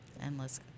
Endless